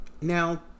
now